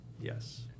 yes